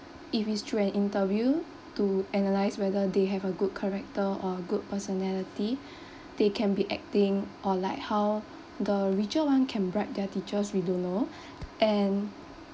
if is through an interview to analyze whether they have a good character or good personality they can be acting or like how the richer one can bribe their teachers we don't know and